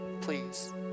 please